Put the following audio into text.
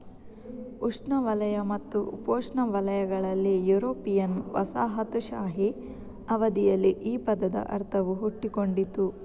ಉಷ್ಣವಲಯ ಮತ್ತು ಉಪೋಷ್ಣವಲಯಗಳಲ್ಲಿ ಯುರೋಪಿಯನ್ ವಸಾಹತುಶಾಹಿ ಅವಧಿಯಲ್ಲಿ ಈ ಪದದ ಅರ್ಥವು ಹುಟ್ಟಿಕೊಂಡಿತು